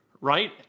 Right